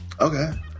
Okay